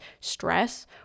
stress